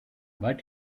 but